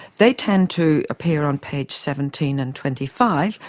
they tend to appear on page seventeen and twenty five,